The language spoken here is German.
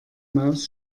maus